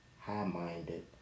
high-minded